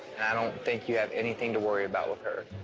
i don't think you have anything to worry about with her.